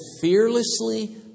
fearlessly